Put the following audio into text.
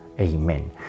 amen